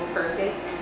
perfect